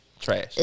trash